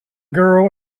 girl